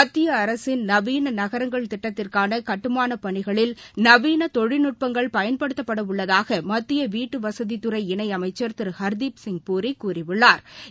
மத்திய அரசின் நவீன நகரங்கள் திட்டத்திற்கான கட்டுமானப் பணிகளில் நவீன் தொழில்நுட்பங்கள் பயன்படுத்தப்பட உள்ளதாக மத்திய வீட்டுவசதித் துறை இணை அமைச்ச் திரு ஹர்தீப் சிவ் பூரி கூறியுள்ளா்